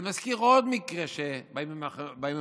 אני מזכיר עוד מקרה שמתגלגל בימים האחרונים.